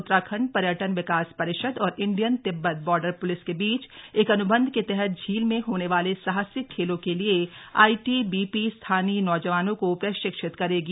उत्तराखण्ड पर्यटन विकास परिषद और इंडियन तिब्बत बॉर्डर पुलिस के बीच एक अन्बंध के तहत झील में होने वाले साहसिक खेलों के लिए आईटीबीपी स्थानीय नौजवानों को प्रशिक्षित करेगी